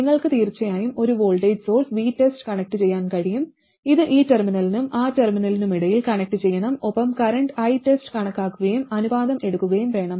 നിങ്ങൾക്ക് തീർച്ചയായും ഒരു വോൾട്ടേജ് സോഴ്സ് VTEST കണക്റ്റുചെയ്യാൻ കഴിയും ഇത് ഈ ടെർമിനലിനും ആ ടെർമിനലിനുമിടയിൽ കണക്റ്റ് ചെയ്യണം ഒപ്പം കറന്റ് ITEST കണക്കാക്കുകയും അനുപാതം എടുക്കുകയും വേണം